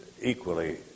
equally